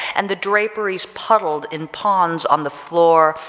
and the draperies puddled in ponds on the floor,